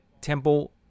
Temple